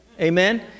Amen